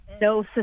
no